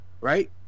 right